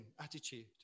attitude